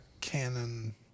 canon